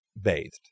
bathed